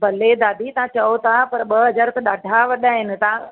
भले दादी तव्हां चओ था पर ॿ हज़ार त ॾाढा वॾा आहिनि तव्हां